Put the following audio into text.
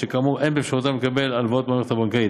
שכאמור אין באפשרותם לקבל הלוואות מהמערכת הבנקאית.